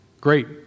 Great